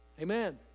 Amen